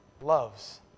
loves